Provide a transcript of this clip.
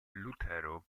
lutero